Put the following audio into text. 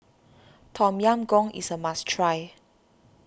Tom Yam Goong is a must try